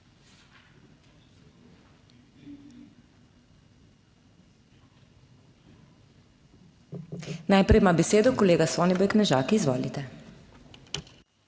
Najprej ima besedo kolega Soniboj Knežak, izvolite.